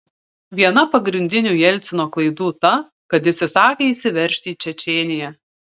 viena pagrindinių jelcino klaidų ta kad jis įsakė įsiveržti į čečėniją